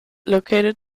located